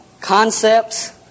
Concepts